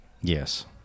Yes